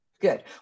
good